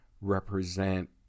represent